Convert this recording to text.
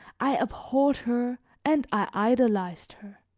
i abhorred her and i idolized her